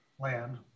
land